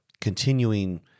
continuing